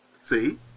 see